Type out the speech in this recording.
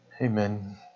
Amen